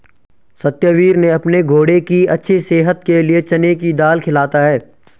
सत्यवीर ने अपने घोड़े की अच्छी सेहत के लिए चने की दाल खिलाता है